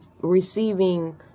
receiving